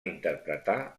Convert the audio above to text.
interpretar